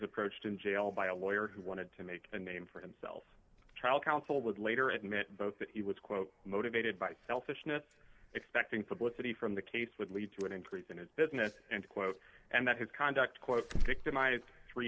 approached in jail by a lawyer who wanted to make a name for himself trial counsel would later at mit both that he was quote motivated by selfishness expecting for both city from the case would lead to an increase in his business end quote and that his conduct quote victimized three